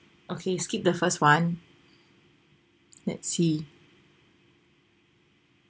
okay skip the first one let's see